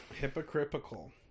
Hypocritical